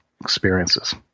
experiences